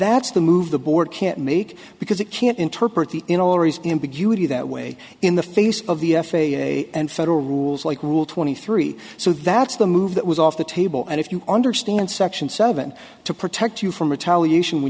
that's the move the board can't make because it can't interpret the ambiguity that way in the face of the f a a and federal rules like rule twenty three so that's the move that was off the table and if you understand section seven to protect you from retaliation when